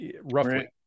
roughly